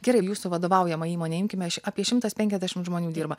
gerai jūsų vadovaujamą įmonę imkime š apie šimtas penkiasdešim žmonių dirba